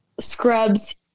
scrubs